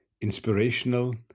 inspirational